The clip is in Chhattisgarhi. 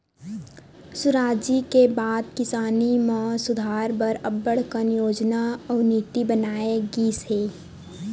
सुराजी के बाद किसानी म सुधार बर अब्बड़ कन योजना अउ नीति बनाए गिस हे